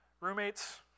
Roommates